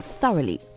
thoroughly